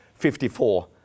54